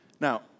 Now